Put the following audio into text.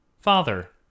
father